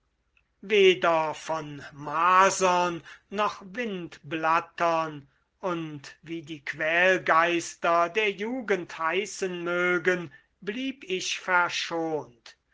weder von masern noch windblattern und wie die quälgeister der jugend heißen mögen blieb ich verschont